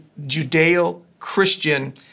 Judeo-Christian